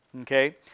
okay